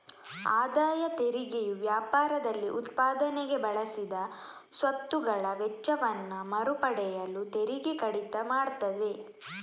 ಆದಾಯ ತೆರಿಗೆಯು ವ್ಯಾಪಾರದಲ್ಲಿ ಉತ್ಪಾದನೆಗೆ ಬಳಸಿದ ಸ್ವತ್ತುಗಳ ವೆಚ್ಚವನ್ನ ಮರು ಪಡೆಯಲು ತೆರಿಗೆ ಕಡಿತ ಮಾಡ್ತವೆ